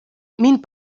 mind